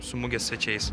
su mugės svečiais